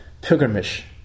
pilgrimage